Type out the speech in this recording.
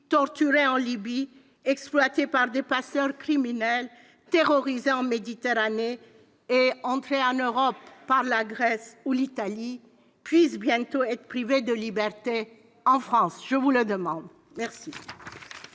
torturés en Libye, exploités par des passeurs criminels, terrorisés en Méditerranée et entrés en Europe par la Grèce ou l'Italie [puissent] bientôt être privés de liberté en France ?» La parole est